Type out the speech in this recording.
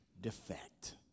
defect